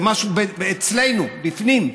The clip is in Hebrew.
זה משהו אצלנו, בפנים.